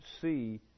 see